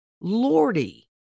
Lordy